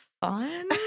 fun